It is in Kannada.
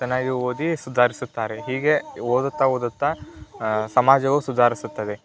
ಚೆನ್ನಾಗಿ ಓದಿ ಸುಧಾರಿಸುತ್ತಾರೆ ಹೀಗೇ ಓದುತ್ತಾ ಓದುತ್ತಾ ಸಮಾಜವು ಸುಧಾರಿಸುತ್ತದೆ